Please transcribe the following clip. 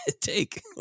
take